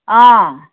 অ'